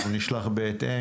אנחנו נשלח בהתאם.